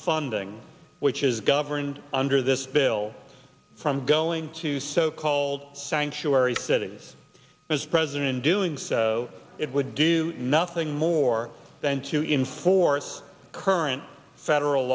funding which is governed under this bill from going to so called sanctuary cities as president doing so it would do nothing more than to inforce current federal